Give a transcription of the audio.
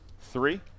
three